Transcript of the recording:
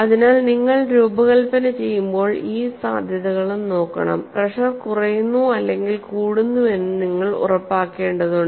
അതിനാൽ നിങ്ങൾ രൂപകൽപ്പന ചെയ്യുമ്പോൾഈ സാധ്യതകളും നോക്കണംപ്രെഷർ കുറയുന്നു അല്ലെങ്കിൽ കൂടുന്നുവെന്ന് നിങ്ങൾ ഉറപ്പാക്കേണ്ടതുണ്ട്